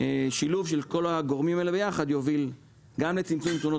שילוב של כל הגורמים האלה ביחד בסופו של דבר יוביל גם לצמצום תאונות